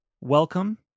Welcome